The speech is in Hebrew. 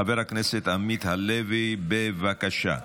חברי הכנסת, נעבור לנושא הבא על סדר-היום,